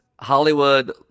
Hollywood